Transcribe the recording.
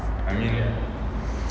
I mean